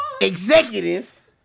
executive